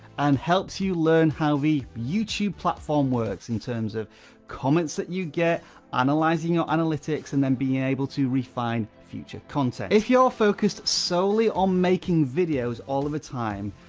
and helps you learn how the youtube platform works in terms of comments that you get analyzing your analytics, and then being able to refine future content. if you're focused solely on making videos all of the time,